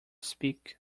speak